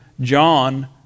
John